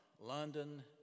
London